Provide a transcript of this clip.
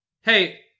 hey